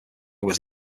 was